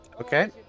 Okay